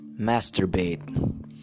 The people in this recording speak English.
masturbate